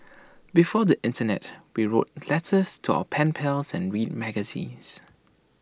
before the Internet we wrote letters to our pen pals and read magazines